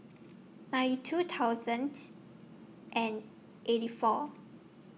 ninety two thousand and eighty four